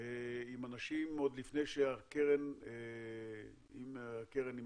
עם אנשים עוד לפני שהקרן אם הקרן היא